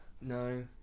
No